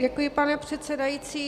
Děkuji, pane předsedající.